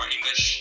English